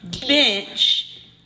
bench